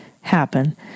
happen